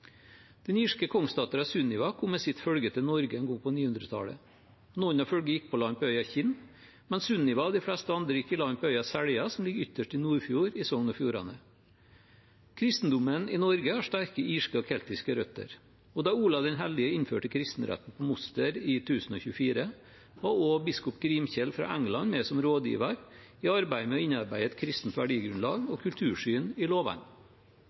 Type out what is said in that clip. Den irske kongsdatteren Sunniva kom med sitt følge til Norge en gang på 900-tallet. Noen i følget gikk i land på øya Kinn, mens Sunniva og de fleste andre gikk i land på øya Selja, som ligger ytterst i Nordfjord i Sogn og Fjordane. Kristendommen i Norge har sterke irske og keltiske røtter, og da Olav den hellige innførte kristenretten på Moster i 1024, var også biskop Grimkjell fra England med som rådgiver i arbeidet med å innarbeide et kristent verdigrunnlag og kultursyn i lovene.